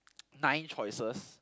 nine choices